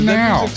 now